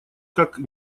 как